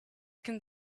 can